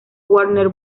warner